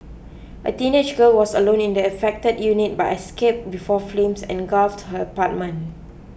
a teenage girl was alone in the affected unit but escape before flames engulfed her apartment